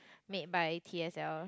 made by T S L